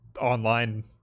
online